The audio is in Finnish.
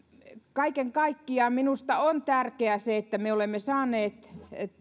kaiken kaikkiaan minusta on tärkeää se että me olemme saaneet